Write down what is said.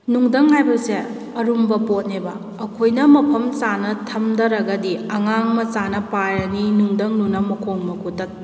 ꯅꯨꯡꯊꯪ ꯍꯥꯏꯕꯁꯦ ꯑꯔꯨꯝꯕ ꯄꯣꯠꯅꯦꯕ ꯑꯩꯈꯣꯏꯅ ꯃꯐꯝ ꯆꯥꯅ ꯊꯝꯗ꯭ꯔꯒꯗꯤ ꯑꯉꯥꯡ ꯃꯆꯥꯅ ꯄꯥꯏꯔꯅꯤ ꯅꯨꯡꯊꯪ ꯑꯗꯨꯅ ꯃꯈꯣꯡ ꯃꯈꯨꯠꯇ